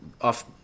off